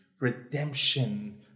redemption